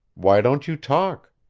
why don't you talk?